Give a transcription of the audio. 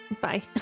Bye